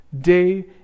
day